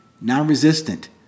non-resistant